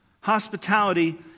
Hospitality